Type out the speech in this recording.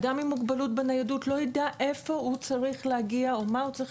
אדם עם מוגבלות בניידות לא יידע איפה הוא צריך להגיע או מה הוא צריך